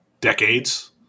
Decades